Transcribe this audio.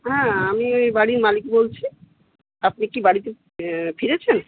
হ্যাঁ আমি বাড়ির মালিক বলছি আপনি কি বাড়িতে ফিরে ফিরেছেন